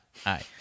hi